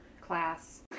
Class